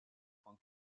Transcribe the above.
point